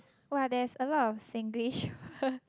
!wah! there's a lot of Singlish words